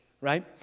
Right